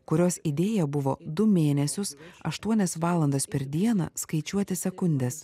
kurios idėja buvo du mėnesius aštuonias valandas per dieną skaičiuoti sekundes